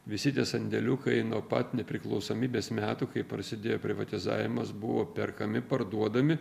visi tie sandėliukai nuo pat nepriklausomybės metų kai prasidėjo privatizavimas buvo perkami parduodami